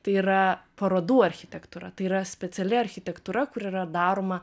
tai yra parodų architektūra tai yra speciali architektūra kuri yra daroma